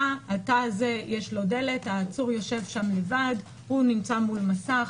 הזה יש דלת, העצור יושב שם לבד, הוא נמצא מול מסך,